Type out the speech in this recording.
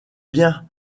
bien